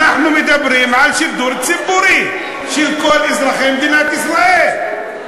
אנחנו מדברים על שידור ציבורי של כל אזרחי מדינת ישראל,